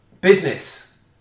business